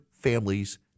families